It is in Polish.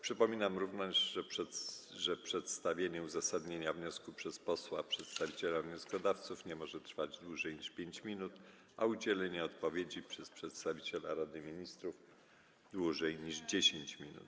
Przypominam również, że przedstawienie uzasadnienia wniosku przez posła przedstawiciela wnioskodawców nie może trwać dłużej niż 5 minut, a udzielenie odpowiedzi przez przedstawiciela Rady Ministrów - dłużej niż 10 minut.